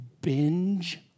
binge